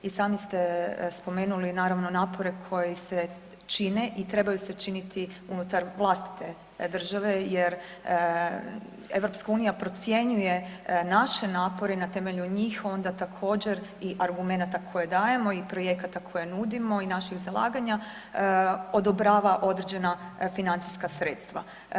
I sami ste spomenuli naravno napore koji se čine i trebaju se činiti unutar vlastite države jer EU procjenjuje naše napore i na temelju njih onda također i argumenata koje dajemo i projekate koje nudimo i naših zalaganja odobrava određena financijska sredstva.